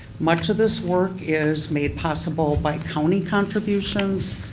much of this work is made possible by county contributions.